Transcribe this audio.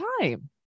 time